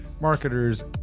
marketers